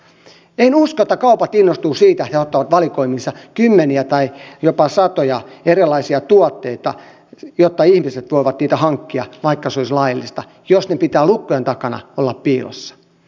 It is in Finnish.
en usko että kaupat innostuvat siitä ja ottavat valikoimiinsa kymmeniä tai jopa satoja erilaisia tuotteita jotta ihmiset voivat niitä hankkia vaikka se olisi laillista jos niiden pitää lukkojen takana olla piilossa